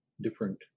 different